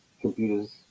computers